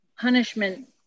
punishment